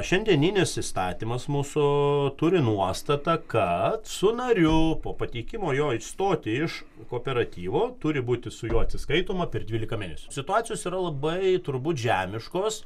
šiandieninis įstatymas mūsų turi nuostatą kad su nariu po pateikimo jo išstoti iš kooperatyvo turi būti su juo atsiskaitoma per dvylika mėnesių situacijos yra labai turbūt žemiškos